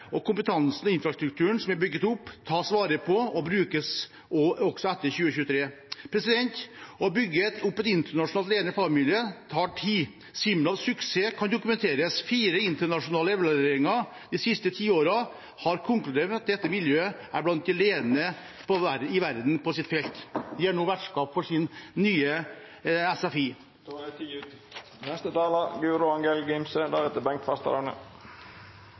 opp, tas vare på og brukes også etter 2023. Å bygge opp et internasjonalt ledende fagmiljø tar tid. SIMLabs suksess kan dokumenteres. Fire internasjonale evalueringer de siste ti årene har konkludert med at dette miljøet er blant de ledende i verden på sitt felt. De er nå vertskap for sin nye